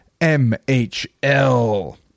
MHL